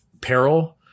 peril